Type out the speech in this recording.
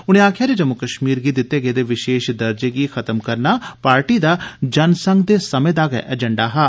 उनें आक्खेया जे जम्मू कश्मीर गी दिते गेदे विशेष दर्जे गी खत्म करना पार्टी दा जनसंघ दे समे दा गै एजेंडा हा